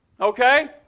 Okay